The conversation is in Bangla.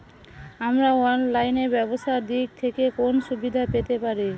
আমরা অনলাইনে ব্যবসার দিক থেকে কোন সুবিধা পেতে পারি?